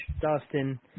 Dustin